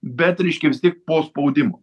bet reiškia vis tiek po spaudimo